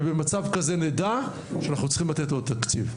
ובמצב כזה נדע שאנחנו צריכים לתת עוד תקציב,